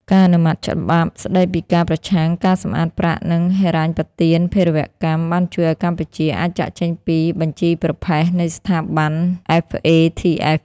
ការអនុម័តច្បាប់ស្ដីពីការប្រឆាំងការសម្អាតប្រាក់ និងហិរញ្ញប្បទានភេរវកម្ម បានជួយឱ្យកម្ពុជាអាចចាកចេញពី "បញ្ជីប្រផេះ" នៃស្ថាប័ន FATF។